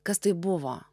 kas tai buvo